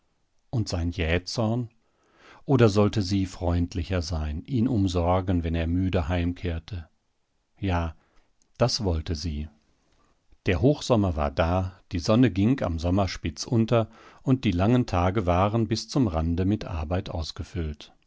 und sein jähzorn oder sollte sie freundlicher sein ihn umsorgen wenn er müde heimkehrte ja das wollte sie der hochsommer war da die sonne ging am sommerspitz unter und die langen tage waren bis zum rande mit arbeit ausgefüllt